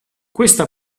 questa